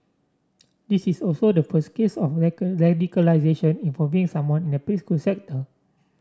this is also the first case of radicalisation involving someone in the preschool sector